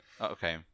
Okay